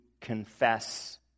confess